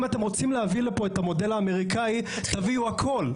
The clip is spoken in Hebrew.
אם אתם רוצים להביא לפה את המודל האמריקאי תביאו הכל.